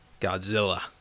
godzilla